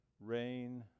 rain